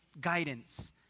guidance